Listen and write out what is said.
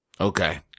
Okay